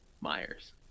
Myers